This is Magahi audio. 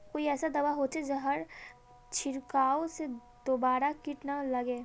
कोई ऐसा दवा होचे जहार छीरकाओ से दोबारा किट ना लगे?